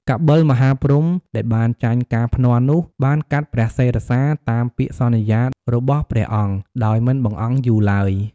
កបិលមហាព្រហ្ម ដែលបានចាញ់ការភ្នាល់នោះ បានកាត់ព្រះសិរសា តាមពាក្យសន្យារបស់ព្រះអង្គ ដោយមិនបង្អង់យូរឡើយ។